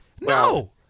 No